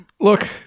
look